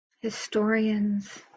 Historians